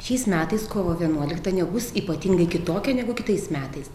šiais metais kovo vienuolikta nebus ypatingai kitokia negu kitais metais